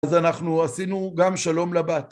אז אנחנו עשינו גם שלום לבת.